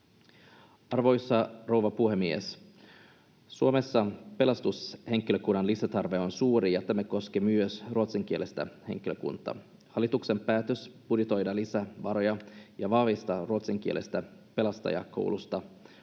Arvoisa rouva puhemies! Suomessa pelastushenkilökunnan lisätarve on suuri, ja tämä koskee myös ruotsinkielistä henkilökuntaa. Hallituksen päätös budjetoida lisää varoja ja vahvistaa ruotsinkielistä pelastajakoulutusta ottamalla